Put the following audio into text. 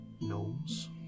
gnomes